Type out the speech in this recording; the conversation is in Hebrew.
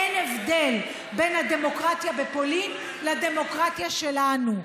אין הבדל בין הדמוקרטיה בפולין לדמוקרטיה שלנו.